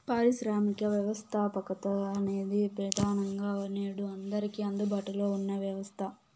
పారిశ్రామిక వ్యవస్థాపకత అనేది ప్రెదానంగా నేడు అందరికీ అందుబాటులో ఉన్న వ్యవస్థ